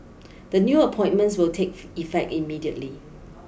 the new appointments will take effect immediately